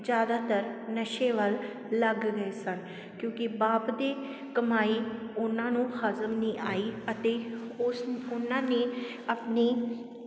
ਜ਼ਿਆਦਾਤਰ ਨਸ਼ੇ ਵੱਲ ਲੱਗ ਗਏ ਸਨ ਕਿਉਂਕਿ ਬਾਪ ਦੀ ਕਮਾਈ ਉਹਨਾਂ ਨੂੰ ਹਾਜ਼ਮ ਨਹੀਂ ਆਈ ਅਤੇ ਉਸ ਉਹਨਾਂ ਨੇ ਆਪਣੀ